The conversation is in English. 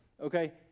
Okay